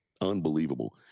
unbelievable